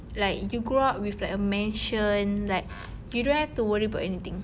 like you grow up with like a mansion like you don't have to worry about anything